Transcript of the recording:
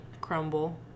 crumble